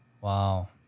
Wow